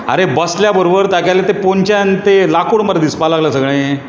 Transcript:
आरे बसल्या बरोबर तागेलें तें पोंदच्यान ते लाकूड मरे दिसपाक लागलें सगळें